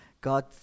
God